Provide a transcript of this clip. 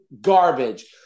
garbage